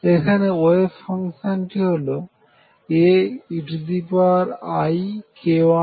এখানে ওয়েভ ফাংশনটি হল Aeik1xBe ik1x